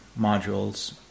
modules